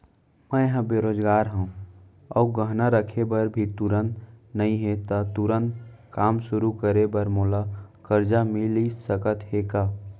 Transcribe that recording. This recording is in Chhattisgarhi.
मैं ह बेरोजगार हव अऊ गहना रखे बर भी तुरंत नई हे ता तुरंत काम शुरू करे बर मोला करजा मिलिस सकत हे का?